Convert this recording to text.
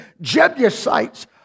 Jebusites